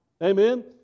Amen